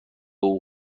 اون